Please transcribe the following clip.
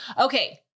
okay